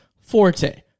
forte